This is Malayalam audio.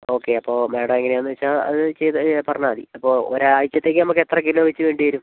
ഓക്കെ അപ്പോൾ മേഡം എങ്ങനെയാന്ന് വെച്ചാൽ അത് പറഞ്ഞാൽ മതി അപ്പോൾ ഒരാഴ്ചത്തേക്ക് നമുക്ക് എത്ര കിലോ വെച്ച് വേണ്ടിവരും